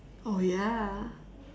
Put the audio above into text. oh ya